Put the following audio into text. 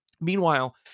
Meanwhile